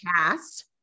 cast